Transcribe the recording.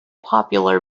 popular